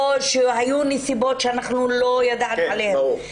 או שהיו נסיבות שאנחנו לא ידענו עליהם.